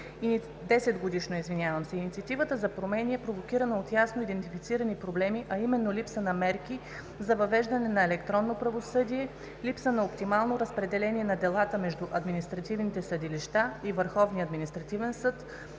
на кодекса. Инициативата за промени е провокирана от ясно идентифицирани проблеми, а именно липса на мерки за въвеждане на електронно правосъдие, липса на оптимално разпределение на делата между административните съдилища и